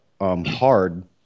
Hard